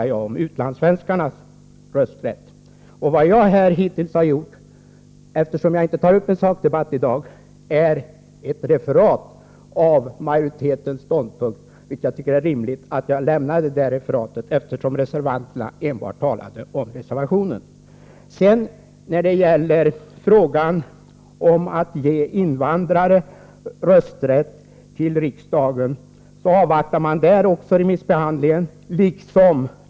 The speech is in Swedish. Jag har inte tagit upp någon sakdebatt i dag, jag har bara refererat majoritetens ståndpunkt. Det tycker jag är rimligt att göra, eftersom reservanterna enbart har talat om reservationen. När det gäller frågan om att ge invandrare rösträtt i riksdagsval avvaktar man remissbehandlingen.